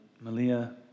Malia